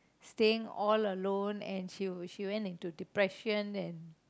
staying all alone and she went into depression and